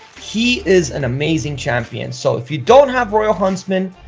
he is an amazing champion, so if you don't have royal huntsman,